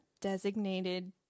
designated